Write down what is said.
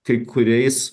kai kuriais